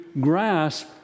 grasp